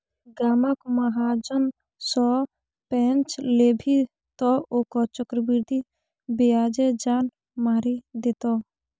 गामक महाजन सँ पैंच लेभी तँ ओकर चक्रवृद्धि ब्याजे जान मारि देतौ